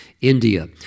India